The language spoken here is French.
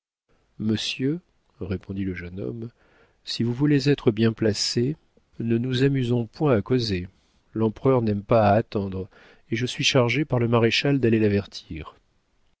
monsieur répondit le jeune homme si vous voulez être bien placés ne nous amusons point à causer l'empereur n'aime pas à attendre et je suis chargé par le maréchal d'aller l'avertir